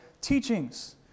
teachings